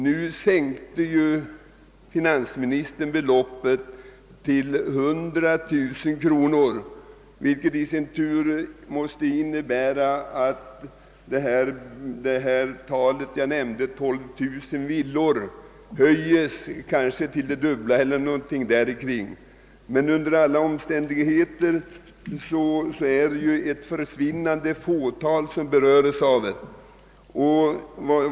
Nu ändrade ju finansministern detta till fastigheter med taxeringsvärde som översteg 100 000 kronor, vilket i sin tur måste innebära att antalet villor som kommer i fråga höjs till det dubbla eller någonting sådant. Men under alla omständigheter är det ett försvinnande litet antal villaägare som berörs av detta.